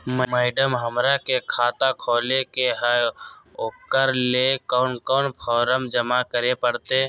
Madam, हमरा के खाता खोले के है उकरा ले कौन कौन फारम जमा करे परते?